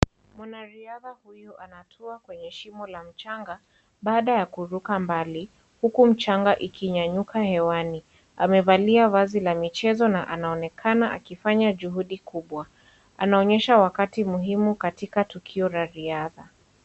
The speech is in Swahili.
Mwanariadha huyu anatua kwenye shimo la mchanga baada ya kuruka mbali huku mchanga ikinyanyuka hewani. Amevalia vazi la michezo na anaonekana akifanya juhudi kubwa, anaonyesha wakati muhumi katika tukio la riadha.